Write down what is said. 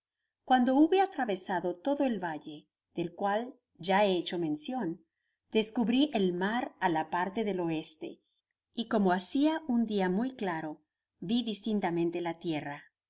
guando hube atravesado todo el valle del cual ya he hecho mencion descubri el mar á la parte del oeste y como hacia un dia muy claro vi distintamente la tierra no